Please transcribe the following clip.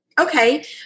okay